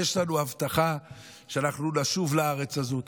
יש לנו הבטחה שאנחנו נשוב לארץ הזאת,